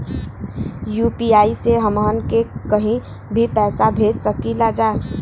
UPI से हमहन के कहीं भी पैसा भेज सकीला जा?